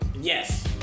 Yes